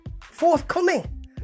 forthcoming